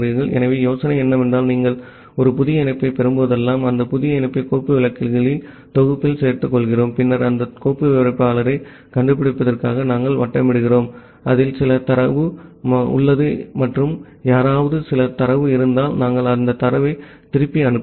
ஆகவே யோசனை என்னவென்றால் நீங்கள் ஒரு புதிய இணைப்பைப் பெறும்போதெல்லாம் அந்த புதிய இணைப்பை கோப்பு விளக்கிகளின் தொகுப்பில் சேர்த்துக் கொள்கிறோம் பின்னர் அந்த கோப்பு விவரிப்பாளரைக் கண்டுபிடிப்பதற்காக நாங்கள் வட்டமிடுகிறோம் அதில் சில தரவு உள்ளது மற்றும் யாராவது சில தரவு இருந்தால் நாங்கள் அந்த தரவை திருப்பி அனுப்புகிறோம்